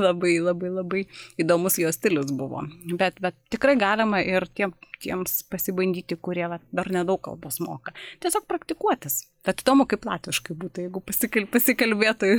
labai labai labai įdomus jo stilius buvo bet bet tikrai galima ir tiem tiems pasibandyti kurie vat dar nedaug kalbos moka tiesiog praktikuotis kad įdomu kaip latviškai būtų jeigu pasikal pasikalbėtų